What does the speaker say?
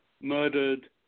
murdered